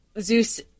Zeus